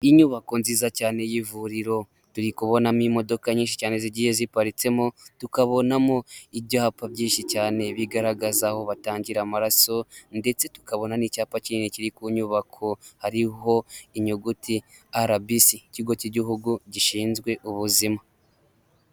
Iyi nyubako nziza cyane y'ivuriro turikubonamo imodoka nyinshi cyane zigiye ziparitsemo tukabonamo ibyapa byinshi cyane bigaragaza aho batangira amaraso ndetse tukabona n'icyapa kinini kiri ku nyubako hariho inyuguti arabisi ikigo k'igihugu gishinzwe ubuzima